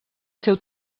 seu